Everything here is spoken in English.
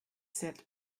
said